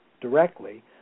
directly